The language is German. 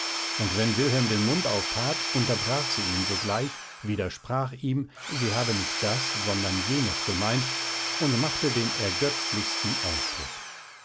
und wenn wilhelm den mund auftat unterbrach sie ihn sogleich widersprach ihm sie habe nicht das sondern jenes gemeint und machte den ergötzlichsten auftritt